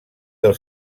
del